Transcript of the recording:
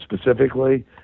specifically